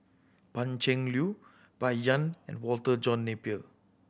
Pan Cheng Lui Bai Yan and Walter John Napier